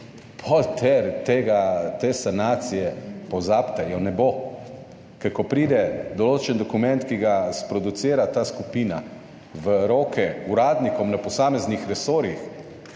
potem te sanacije pozabite, je ne bo. Ker ko pride določen dokument, ki ga sproducira ta skupina, v roke uradnikom na posameznih resorjih,